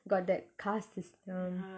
got that caste system